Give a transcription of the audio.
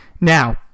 Now